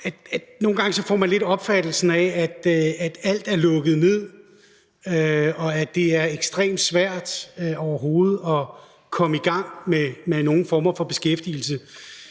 nogle gange lidt får opfattelsen af, at alt er lukket ned, og at det er ekstremt svært overhovedet at komme i gang med nogen former for beskæftigelse.